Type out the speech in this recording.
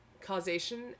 causation